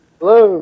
Hello